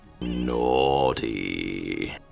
Naughty